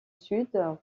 sud